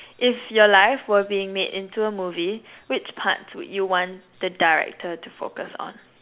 if your life were being made into a movie which parts would you want the director to focus on